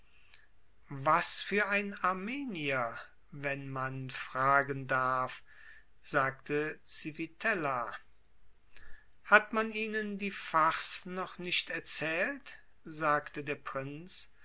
was für ein armenier wenn man fragen darf sagte civitella hat man ihnen die farce noch nicht erzählt sagte der prinz